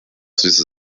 süße